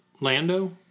Lando